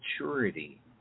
maturity